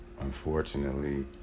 Unfortunately